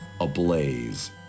ablaze